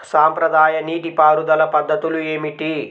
సాంప్రదాయ నీటి పారుదల పద్ధతులు ఏమిటి?